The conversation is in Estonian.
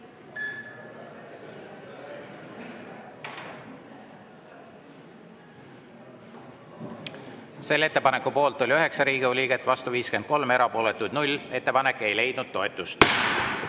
Selle ettepaneku poolt oli 9 Riigikogu liiget, vastu 53, erapooletuid 0. Ettepanek ei leidnud toetust.